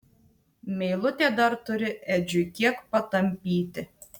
meilutė dar turi edžiui kiek patampyti